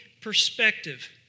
perspective